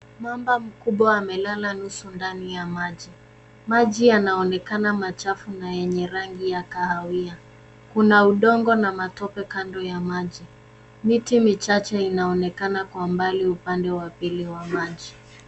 Mamba mkubwa amelala nusu ndani ya maji. Maji yanaonekana machafu na yenye rangi ya kahawia. Kuna udongo na matope kando ya maji. Miti michache inaonekana kwa mbali upande wa pili wa maji.